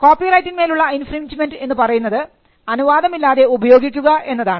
കോപ്പിറൈറ്റിന്മേലുള്ള infringement എന്ന് പറയുന്നത് അനുവാദമില്ലാതെ ഉപയോഗിക്കുക എന്നതാണ്